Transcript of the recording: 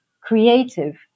creative